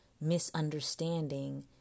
misunderstanding